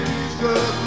Jesus